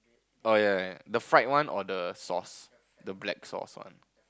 oh ya ya the fried one or the sauce the black sauce one